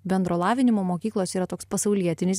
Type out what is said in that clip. bendro lavinimo mokyklose yra toks pasaulietinis